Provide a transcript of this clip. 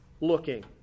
looking